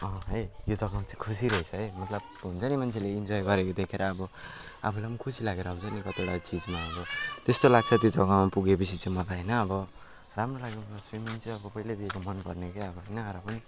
है यो जगामा चाहिँ खुसी रहेछ है मतलब हुन्छ नि मान्छेले इन्जोय गरेको देखेर अब आफूलाई पनि खुसी लागेर आउँछ नि कतिवटा चिजमा अब त्यस्तो लाग्छ त्यो जगामा पुगे पछि चाहिँ मलाई होइन अब राम्रो लाग्यो मलाई सुइमिङ चाहिँ अब पहिल्यैदेखिको मन पर्ने के अब होइन र पनि